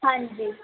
ਹਾਂਜੀ